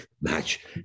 match